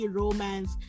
romance